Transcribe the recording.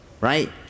right